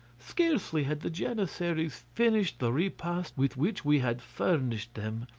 scarcely had the janissaries finished the repast with which we had furnished them,